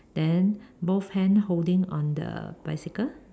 then both hand holding on the bicycle